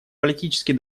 политический